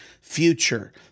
future